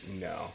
no